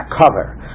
cover